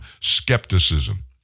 skepticism